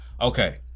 okay